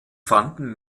fanden